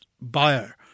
buyer